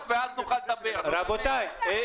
לגבי ועדת החריגים,